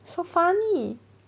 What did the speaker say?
so funny